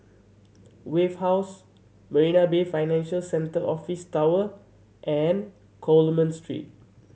Wave House Marina Bay Financial Centre Office Tower and Coleman Street